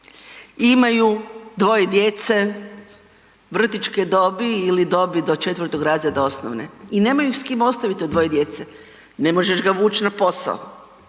imaju dvoje djece vrtićke dobi ili dobi do 4. razreda osnovne i nemaju s kim ostavit to dvoje djece. Ne možeš ga vuć na posao,